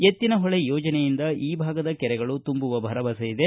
ಎತ್ತಿನ ಹೊಳೆ ಯೋಜನೆಯಿಂದ ಈ ಭಾಗದ ಕೆರೆಗಳು ತುಂಬುವ ಭರವಸೆಯಿದೆ